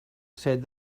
said